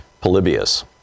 Polybius